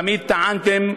תמיד טענתם,